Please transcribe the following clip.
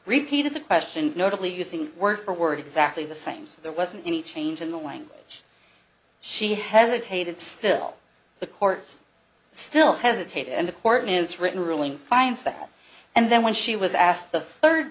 repeated the question notably using word for word exactly the same so there wasn't any change in the language she hesitated still the courts still hesitated and the court minutes written ruling finds that out and then when she was asked the third